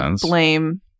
blame